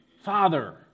father